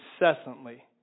incessantly